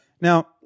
Now